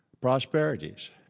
prosperities